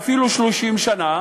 ואפילו 30 שנה,